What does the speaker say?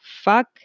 fuck